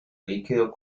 líquido